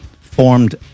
formed